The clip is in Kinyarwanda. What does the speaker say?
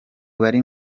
bari